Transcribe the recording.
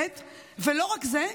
ולא רק זה,